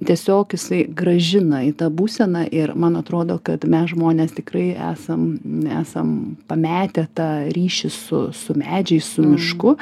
tiesiog jisai grąžina į tą būseną ir man atrodo kad mes žmonės tikrai esam esam pametę tą ryšį su su medžiais su mišku